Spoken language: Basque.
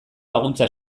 laguntza